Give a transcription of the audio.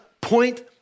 point